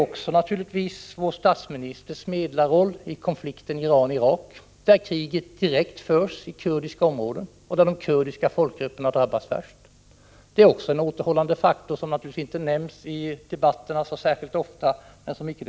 Vår statsministers medlarroll i konflikten Iran Irak, där kriget direkt förs i kurdiska områden, är naturligtvis också en återhållande faktor som inte nämns särskilt ofta i debatten men som icke desto mindre är verklig.